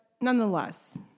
nonetheless